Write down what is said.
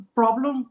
problem